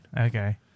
Okay